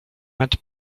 met